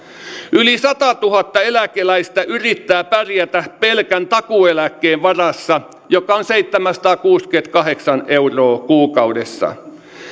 yli satatuhatta eläkeläistä yrittää pärjätä pelkän takuueläkkeen varassa joka on seitsemänsataakuusikymmentäkahdeksan euroa kuukaudessa